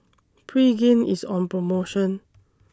Pregain IS on promotion